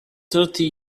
thirty